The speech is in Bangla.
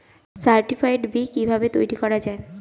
সার্টিফাইড বি কিভাবে তৈরি করা যায়?